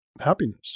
happiness